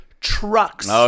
trucks